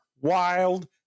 wild